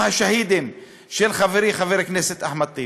השאהידים של חברי חבר הכנסת אחמד טיבי,